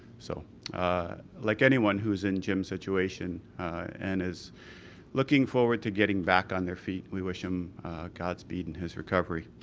so like anyone who's in jim's situation and is looking forward to getting back on their feet we wish them god speed in his recovery.